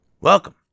welcome